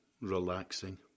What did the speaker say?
relaxing